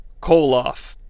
Koloff